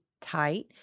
tight